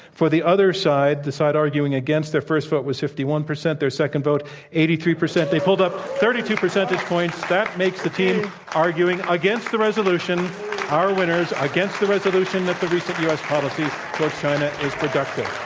for the other side, the side arguing against their first vote was fifty one percent, their second vote eighty three percent. they pulled up thirty two percentage points. that makes the team arguing against the resolution our winners. against the resolution that the the recent u. s. policy towards china is productive.